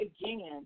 again